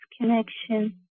connection